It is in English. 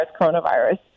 coronavirus